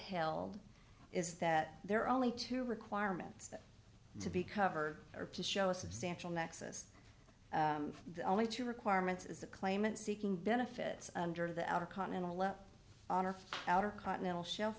held is that there are only two requirements to be covered or to show a substantial nexus the only two requirements is the claimant seeking benefits under the outer continental up outer continental shelf